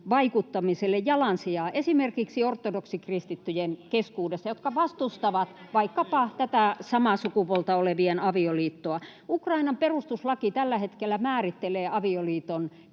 vaikuttamiselle jalansijaa esimerkiksi ortodoksikristittyjen keskuudessa, [Välihuutoja vasemmalta — Puhemies koputtaa] jotka vastustavat vaikkapa samaa sukupuolta olevien avioliittoa. Ukrainan perustuslaki tällä hetkellä määrittelee avioliiton